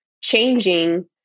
changing